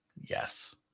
Yes